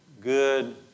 good